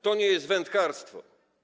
To nie jest wędkarstwo.